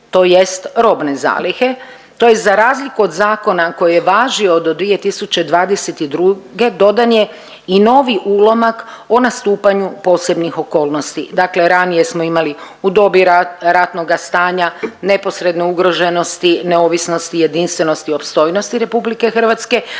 tj. robne zalihe, tj. za razliku od zakona koji je važio do 2022. dodan je i novi ulomak o nastupanju posebnih okolnosti. Dakle, ranije smo imali u dobi ratnoga stanja, neposredne ugroženosti, neovisnosti, jedinstvenosti, opstojnosti Republike Hrvatske